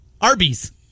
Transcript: Arby's